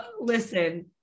Listen